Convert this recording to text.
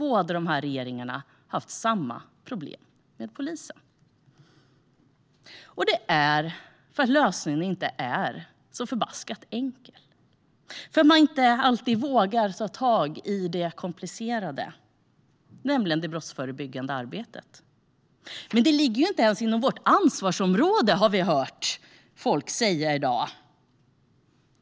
Båda dessa regeringar har haft samma problem med polisen. Det är för att lösningen inte är så enkel och för att man inte alltid vågar ta tag i det komplicerade, nämligen det brottsförebyggande arbetet. Vi har i dag hört folk säga att detta inte ens ligger inom vårt ansvarsområde.